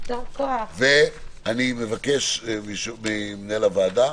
אני מבקש ממנהל הוועדה,